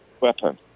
weapon